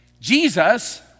Jesus